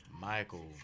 Michael